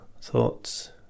thoughts